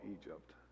Egypt